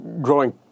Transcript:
growing